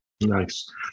Nice